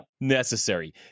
Necessary